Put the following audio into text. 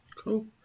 Cool